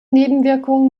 nebenwirkungen